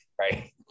Right